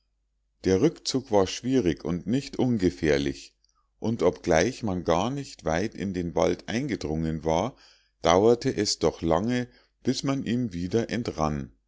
der rückzug war schwierig und nicht ungefährlich und obgleich man gar nicht weit in den wald eingedrungen war dauerte es doch lange bis man ihm wieder entrann